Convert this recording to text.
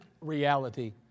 reality